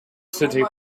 city